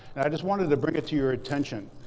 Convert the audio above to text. and i just wanted to bring it to your attention.